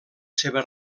seva